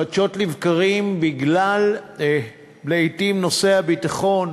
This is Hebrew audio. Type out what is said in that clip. חדשות לבקרים, לעתים בגלל נושא הביטחון,